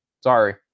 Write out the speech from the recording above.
Sorry